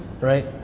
right